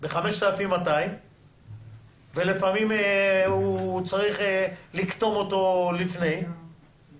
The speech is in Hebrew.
ב-5,200 ולפעמים צריך לקטום אותו לפני בשביל